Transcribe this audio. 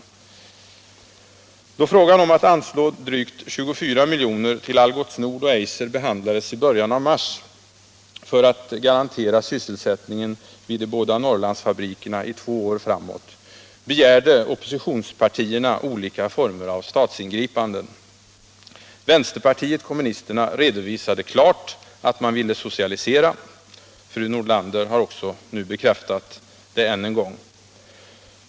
Åtgärder för textil Då frågan om att anslå drygt 24 milj.kr. till Algots Nord och Eiser = och konfektions —- för att garantera sysselsättningen vid de båda Norrlandsfabrikerna i = industrierna två år framåt — behandlades i början av mars, begärde oppositionspartierna olika former av statsingripanden. Vänsterpartiet kommunisterna redovisade klart att man ville socialisera. Fru Nordlander har än en gång bekräftat detta.